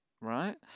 right